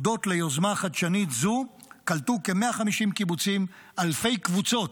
הודות ליוזמה חדשנית זו קלטו כ-150 קיבוצים אלפי קבוצות,